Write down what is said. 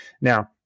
Now